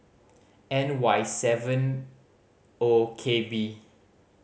N Y seven O K B